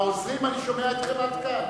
העוזרים, אני שומע אתכם עד כאן.